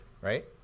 right